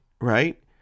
right